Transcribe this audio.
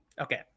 Okay